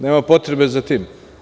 Nema potrebe za tim.